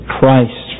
Christ